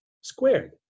squared